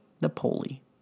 Napoli